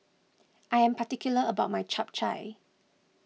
I am particular about my Chap Chai